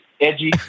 edgy